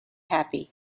happy